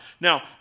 Now